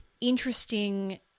interesting